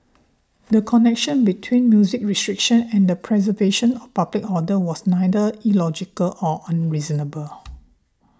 the connection between music restriction and the preservation of public order was neither illogical or unreasonable